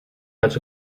has